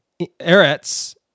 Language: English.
Eretz